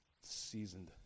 seasoned